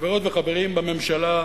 חברות וחברים בממשלה: